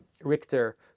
Richter